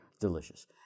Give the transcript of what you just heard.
delicious